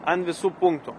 ant visų punktų